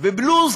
ובלו"ז